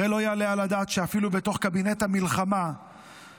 הרי לא יעלה על הדעת שאפילו בתוך קבינט המלחמה אין